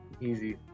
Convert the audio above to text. Easy